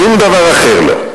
שום דבר אחר לא.